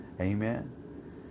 Amen